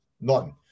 None